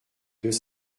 deux